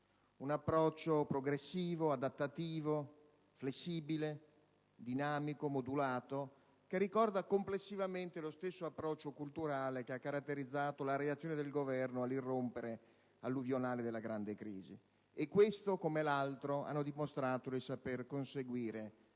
un approccio progressivo, adattativo, flessibile, dinamico, modulato, che ricorda complessivamente lo stesso approccio culturale che ha caratterizzato la reazione del Governo all'irrompere alluvionale della grande crisi. E tale approccio, come l'altro, ha dimostrato di saper conseguire